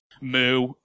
Moo